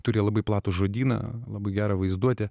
turi labai platų žodyną labai gerą vaizduotę